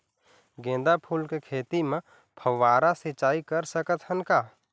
गेंदा फूल के खेती म फव्वारा सिचाई कर सकत हन का?